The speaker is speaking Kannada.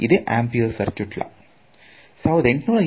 ಇದೆ ಅಂಪಿಯರ್ ಸರ್ಕ್ಯುಇಟ್ ಲಾ